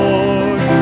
Lord